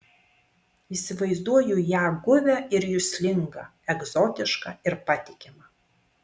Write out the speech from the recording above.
įsivaizduoju ją guvią ir juslingą egzotišką ir patikimą